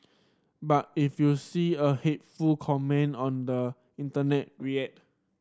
but if you see a hateful comment on the internet react